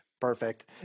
Perfect